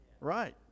Right